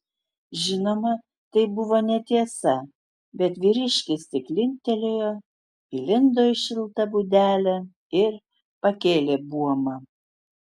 žinoma tai buvo netiesa bet vyriškis tik linktelėjo įlindo į šiltą būdelę ir pakėlė buomą